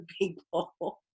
people